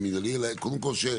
המנהלי, קודם כל,